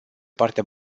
partea